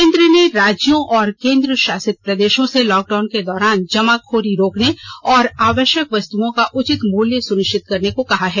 केन्द्र ने राज्यों और केन्द्र शासित प्रदेशों से लॉकडाउन के दौरान जमाखोरी रोकने और आवश्यक वस्तुओं का उचित मूल्य सुनिश्चित करने को कहा है